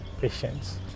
patients